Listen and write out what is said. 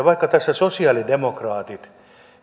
vaikka tässä sosialidemokraatit